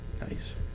Nice